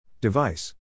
Device